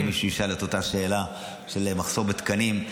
יהיה מי שישאל אות אותה השאלה על מחסור בתקנים.